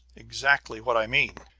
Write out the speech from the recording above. exactly what i mean.